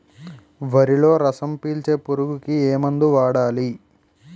వరిలో రసం పీల్చే పురుగుకి ఏ మందు వాడాలి?